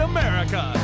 America